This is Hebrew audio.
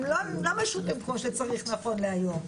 הם לא משופים כמו שצריך נכון להיום.